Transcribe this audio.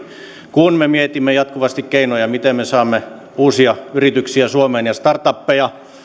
kun me mietimme jatkuvasti keinoja miten me saamme uusia yrityksiä suomeen ja startupeja